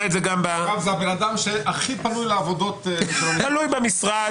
זה הבן אדם שהכי פנוי לעבודות --- תלוי במשרד.